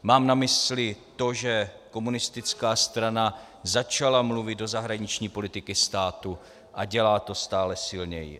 Mám na mysli to, že komunistická strana začala mluvit do zahraniční politiky státu a dělá to stále silněji.